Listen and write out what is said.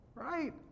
Right